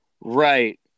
Right